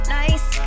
nice